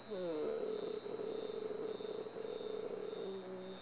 uh